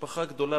משפחה גדולה,